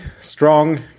strong